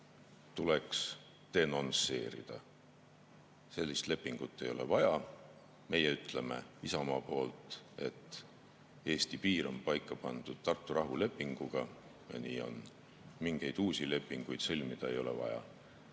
tuleks denonsseerida. Sellist lepingut ei ole vaja. Meie ütleme Isamaa poolt, et Eesti piir on paika pandud Tartu rahulepinguga, ja nii on. Mingeid uusi lepinguid sõlmida ei ole vaja.